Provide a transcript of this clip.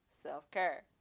self-care